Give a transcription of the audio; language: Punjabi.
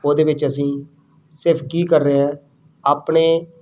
ਉਹਦੇ ਵਿੱਚ ਅਸੀਂ ਸਿਰਫ ਕੀ ਕਰ ਰਹੇ ਹਾਂ ਆਪਣੇ